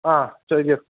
ആ ചോദിച്ചുകൊള്ളൂ